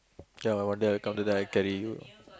ya I wonder I come to the I carry you